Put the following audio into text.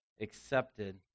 accepted